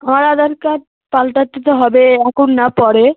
আধার কার্ডটা পাল্টাতে তো হবে এখন না পরে